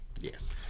Yes